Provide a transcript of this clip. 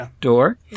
door